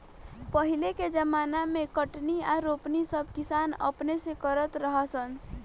पहिले के ज़माना मे कटनी आ रोपनी सब किसान अपने से करत रहा सन